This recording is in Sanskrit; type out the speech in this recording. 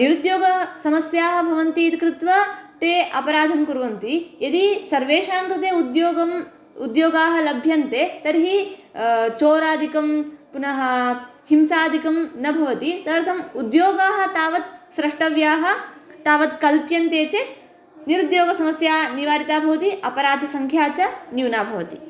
निरुद्योगसमस्याः भवन्ति इति कृत्वा ते अपराधं कुर्वन्ति यदि सर्वेषां कृते उद्योगं उद्योगाः लभ्यन्ते तर्हि चोरादिकं पुनः हिंसादिकं न भवति तदर्थम् उद्योगाः तावत् स्रष्टव्याः तावत् कल्प्यन्ते चेत् निरुद्योगसमस्या निवारिता भवति अपराधसङ्ख्या च न्यूना भवति